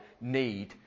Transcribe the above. need